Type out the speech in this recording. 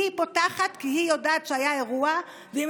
היא פותחת כי היא יודעת שהיה אירוע והיא